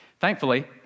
Thankfully